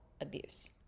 abuse